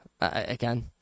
again